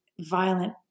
violent